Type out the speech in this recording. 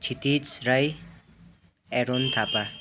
Kshitij Rai Aaron Thapa